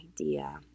idea